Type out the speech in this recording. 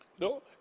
No